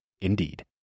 indeed